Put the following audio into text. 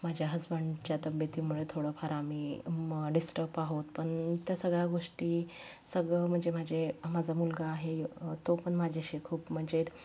माझ्या हस्बंडच्या तब्येतीमुळे थोडंफार आम्ही म डिस्टब आहोत पण त्या सगळ्या गोष्टी सगळं म्हणजे माझे माझा मुलगा आहे तो पण माझ्याशी खूप म्हणजे